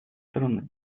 страны